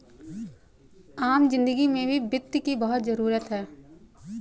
आम जिन्दगी में भी वित्त की बहुत जरूरत है